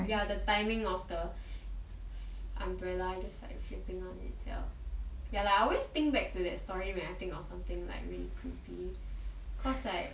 ya the timing of the umbrella just like flipping on itself ya lah I always think back to that story when I think of something like really creepy cause like